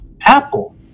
apple